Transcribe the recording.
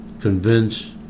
convince